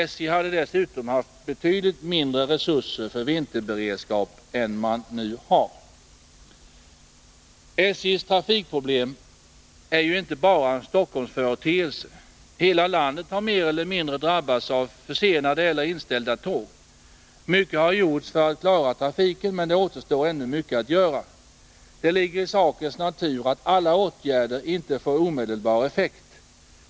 SJ hade dessutom haft betydligt mindre resurser för vinterberedskap än man nu har. SJ:s trafikproblem är inte bara en Stockholmsföreteelse. Hela landet har mer eller mindre drabbats av försenade eller inställda tåg. Mycket har gjorts för att klara trafiken, men det återstår ännu mycket att göra. Det ligger i sakens natur att inte alla åtgärder får omedelbar effekt.